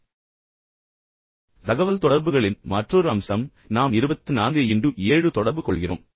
இப்போது தகவல்தொடர்புக்கு மீண்டும் வாருங்கள் தகவல்தொடர்புகளின் மற்றொரு அம்சம் நாம் 24 7 தொடர்பு கொள்கிறோம்